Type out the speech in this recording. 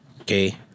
Okay